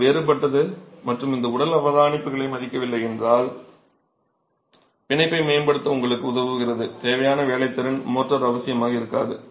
இது வேறுபட்டது மற்றும் இந்த இயல்பான அவதானிப்புகளை மதிக்கவில்லை என்றால் பிணைப்பை மேம்படுத்த உங்களுக்கு உதவுவதற்கு தேவையான வேலைத்திறன் மோர்ட்டார் அவசியமாக இருக்காது